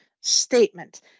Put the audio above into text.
statement